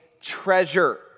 treasure